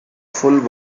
full